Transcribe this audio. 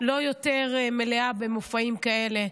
לא מלאה יותר במופעים כאלה.